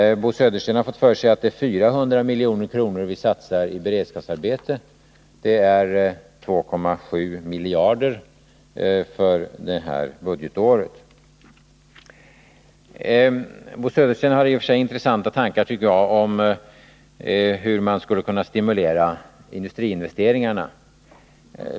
Bo Södersten har fått för sig att det är 400 milj.kr. som vi satsar i beredskapsarbete. Men det är 2,7 miljarder för det här budgetåret. Bo Södersten har i och för sig intressanta tankar, tycker jag, om hur man skulle kunna stimulera industriinvesteringarna.